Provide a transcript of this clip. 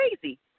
crazy